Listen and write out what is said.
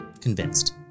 convinced